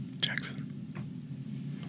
Jackson